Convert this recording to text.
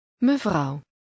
Mevrouw